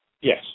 Yes